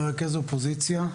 מרכז האופוזיציה,